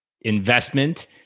investment